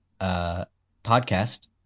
podcast